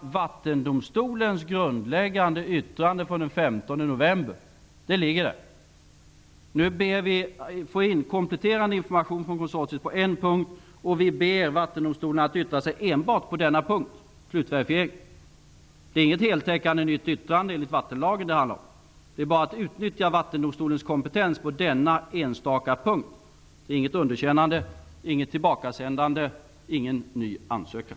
Vattendomstolens grundläggande yttrande från den 15 november ligger fast. Nu ber vi om kompletterande information från konsortiet på en punkt, och vi ber Vattendomstolen att yttra sig enbart på denna punkt. Det är inget heltäckande nytt yttrande enligt vattenlagen som det handlar om. Det handlar bara om att utnyttja Vattendomstolens kompetens på denna enstaka punkt. Det är inte fråga om något underkännande, inget tillbakasändande, ingen ny ansökan.